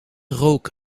rook